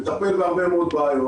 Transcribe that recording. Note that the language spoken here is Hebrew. מטפל בהרבה מאוד בעיות.